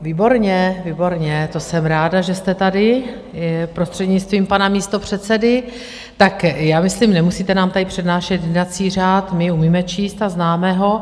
Výborně, výborně, to jsem ráda, že jste tady... prostřednictvím pana místopředsedy, tak já myslím, nemusíte nám tady přednášet jednací řád, my umíme číst a známe ho.